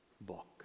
book